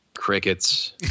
crickets